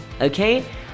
okay